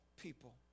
people